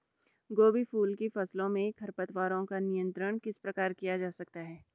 गोभी फूल की फसलों में खरपतवारों का नियंत्रण किस प्रकार किया जा सकता है?